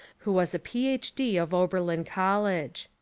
who was a ph d. of ober lin college.